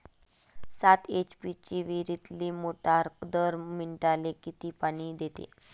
सात एच.पी ची विहिरीतली मोटार दर मिनटाले किती पानी देते?